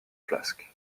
flasques